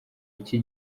iki